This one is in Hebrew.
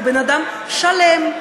הוא בן-אדם שלם.